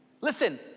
Listen